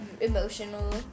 emotional